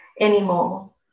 anymore